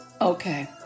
Okay